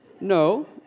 No